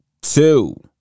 Two